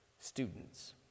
Students